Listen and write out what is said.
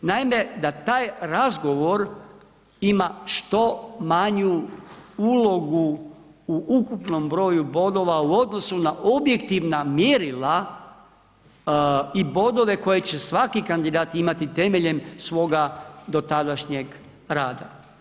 Naime, da taj razgovor ima što manju ulogu u ukupnom broju bodova u odnosu na objektivna mjerila i bodove koje će svaki kandidat imati temeljem svoga dotadašnjeg rada.